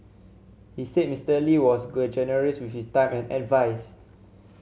he said Mister Lee was generous with his time and advise